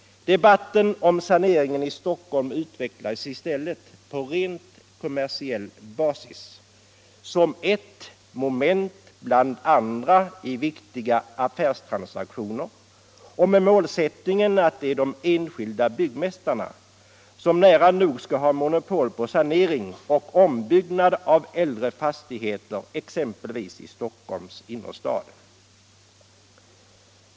Debatten om saneringen i Stockholm utvecklas i stället på rent kommersiell basis som ett moment bland andra i viktiga affärstransaktioner och med målsättningen att det är de enskilda byggmästarna som skall ha nära nog monopol på sanering och ombyggnad av äldre fastigheter exempelvis i Stockholms innerstad.